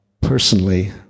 personally